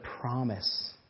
promise